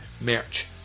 merch